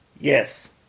Yes